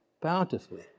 bountifully